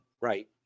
Right